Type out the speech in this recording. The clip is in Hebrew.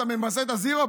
אתה ממסה את הזירו,